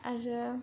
आरो